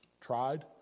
tried